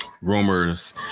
rumors